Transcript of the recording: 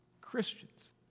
Christians